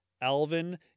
Alvin